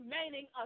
remaining